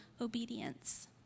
obedience